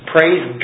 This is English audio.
Praise